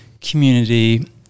community